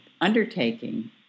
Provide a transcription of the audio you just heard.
undertaking